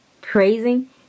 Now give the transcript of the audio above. praising